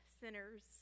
sinners